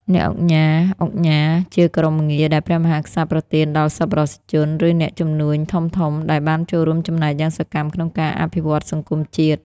អ្នកឧកញ៉ា ឧកញ៉ា ជាគោរមងារដែលព្រះមហាក្សត្រប្រទានដល់សប្បុរសជន ឬអ្នកជំនួញធំៗ ដែលបានចូលរួមចំណែកយ៉ាងសកម្មក្នុងការអភិវឌ្ឍសង្គមជាតិ។